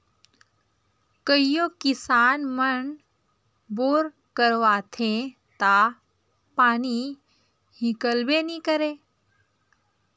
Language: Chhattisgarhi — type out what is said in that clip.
कइयो किसान मन बोर करवाथे ता पानी हिकलबे नी करे